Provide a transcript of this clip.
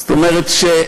זאת אומרת,